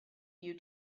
you